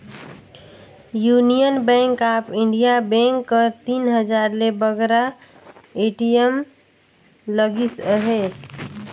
union bank of India bank कर तीन हजार ले बगरा ए.टी.एम लगिस अहे